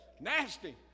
Nasty